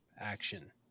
action